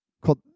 called